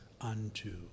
unto